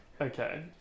Okay